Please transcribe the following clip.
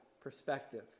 perspective